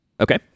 Okay